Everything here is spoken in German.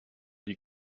die